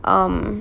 um